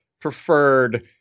preferred